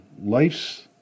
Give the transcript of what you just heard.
life's